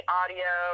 audio